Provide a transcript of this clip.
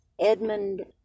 Edmund